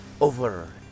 over